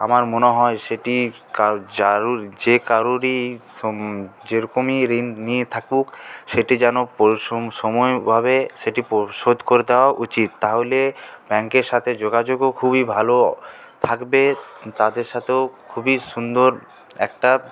আমার মনে হয় সেটি কার যে কারুরই যে রকমই ঋণ নিয়ে থাকুক সেটি যেন পরিশ্রম সময়ভাবে সেটি পরিশোধ করে দেওয়া উচিত তাহলে ব্যাঙ্কের সাথে যোগাযোগও খুবই ভালো থাকবে তাদের সাথেও খুবই সুন্দর একটা